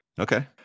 okay